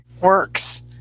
works